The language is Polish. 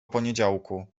poniedziałku